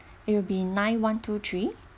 it will be nine one two three